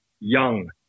young